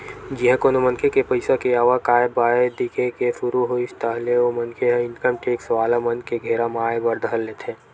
जिहाँ कोनो मनखे के पइसा के आवक आय बाय दिखे के सुरु होइस ताहले ओ मनखे ह इनकम टेक्स वाला मन के घेरा म आय बर धर लेथे